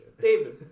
David